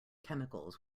chemicals